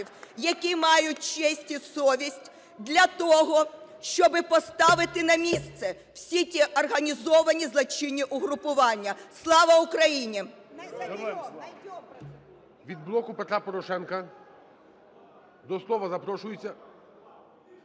які мають честь і совість для того, щоб поставити на місце всі ті організовані злочинні угрупування. Слава Україні!